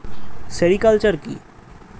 Sericulture কি?